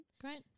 Great